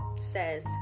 Says